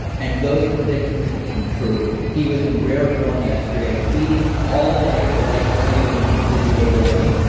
and those predictions have come true. he was in rare form yesterday tweeting all day the white house said he was going to have a busy day working.